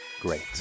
great